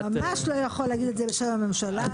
--- אתה ממש לא יכול להגיד את זה בשם הממשלה.